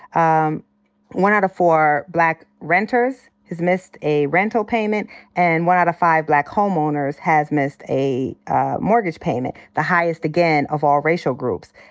um one out of four black renters has missed a rental payment and one out of five black home owners has missed a mortgage payment, the highest again of all racial groups.